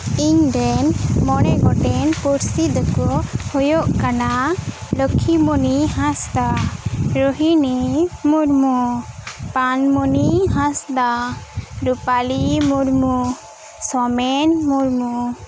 ᱤᱧ ᱨᱮᱱ ᱢᱚᱬᱮ ᱜᱚᱴᱮᱱ ᱯᱩᱲᱥᱤ ᱫᱚᱠᱚ ᱦᱩᱭᱩᱜ ᱠᱟᱱᱟ ᱞᱚᱠᱠᱷᱤ ᱢᱩᱱᱤ ᱦᱟᱸᱥᱫᱟ ᱨᱚᱦᱤᱱᱤ ᱢᱩᱨᱢᱩ ᱯᱟᱱ ᱢᱩᱱᱤ ᱦᱟᱸᱥᱫᱟ ᱨᱩᱯᱟᱞᱤ ᱢᱩᱨᱢᱩ ᱥᱳᱢᱮᱱ ᱢᱩᱨᱢᱩ